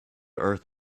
earth